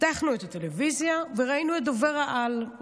פתחנו את הטלוויזיה וראינו את דובר-העל,